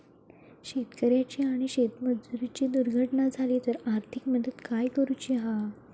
शेतकऱ्याची आणि शेतमजुराची दुर्घटना झाली तर आर्थिक मदत काय करूची हा?